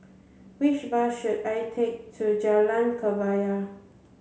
which bus should I take to Jalan Kebaya